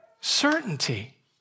certainty